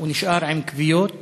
הוא נשאר עם כוויות